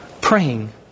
praying